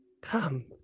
Come